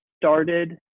started